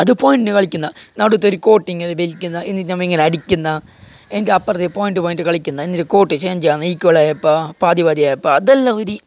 അത് അപ്പം തന്നെ കളിക്കുന്നതാണ് നടുക്ക് ഒരു കോർട്ട് ഇങ്ങനെ വലിക്കുന്ന എന്നിട്ട് നമ്മൾ ഇങ്ങനെ അടിക്കുന്ന എന്നിട്ട് അപ്പുറത്തെ പോയിൻറ്റ് പോയിൻറ്റ് കളിക്കുന്നത് അതിൻ്റെ കോർട്ട് ചേഞ്ച് ചെയ്യില്ല ഇക്വലാണ് പാതി പാതി അപ്പം അതെല്ലാം ഊരി